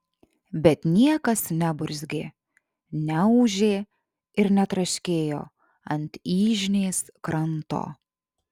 bet niekas neburzgė neūžė ir netraškėjo ant yžnės kranto